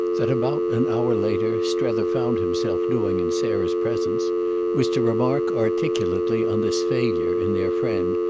that, about an hour later, strether found himself doing in sarah's presence was to remark articulately on this failure, in their friend,